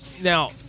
Now